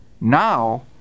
Now